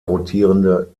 rotierende